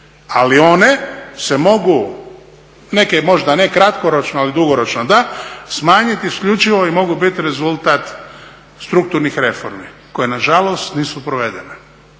ali one se mogu, neke možda ne kratkoročno, ali dugoročno da, smanjiti isključivo i mogu biti rezultat strukturnih reformi koje nažalost nisu provedene.